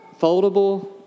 foldable